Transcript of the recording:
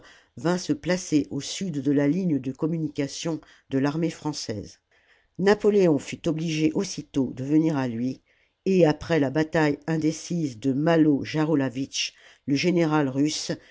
vint se placer au sud de la ligne de communication de l'armée française napoléon fut obligé aussitôt de venir à lui et après la bataille indécise de malo jarolaswitz le général russe